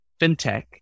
fintech